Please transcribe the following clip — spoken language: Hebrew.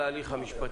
בנושאי ההליך המשפטי